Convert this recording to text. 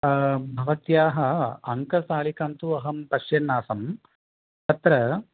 भवत्याः अङ्कसालिकां तु अहं पश्यन्नासम् तत्र